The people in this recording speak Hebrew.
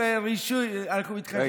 החוק,